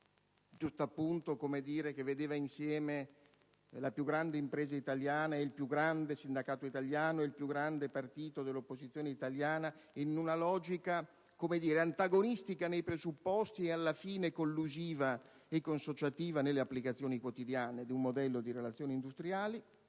del Lingotto», che vedeva insieme la più grande impresa italiana, il più grande sindacato italiano e il più grande partito dell'opposizione italiana in una logica antagonistica nei presupposti e alla fine collusiva e consociativa nelle applicazioni quotidiane di un modello di relazioni industriali.